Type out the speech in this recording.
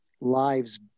lives